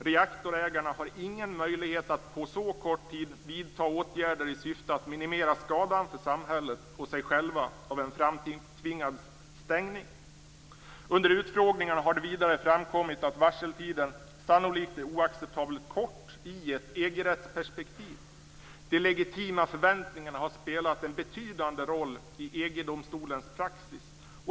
Reaktorägarna har ingen möjlighet att på så kort tid vidta åtgärder i syfte att minimera skadan för samhället och sig själva vid en framtvingad stängning. Under utfrågningarna har det även framkommit att varseltiden sannolikt är oacceptabelt kort i ett EG rättsperspektiv. De legitima förväntningarna har spelat en betydande roll i EG-domstolens praxis.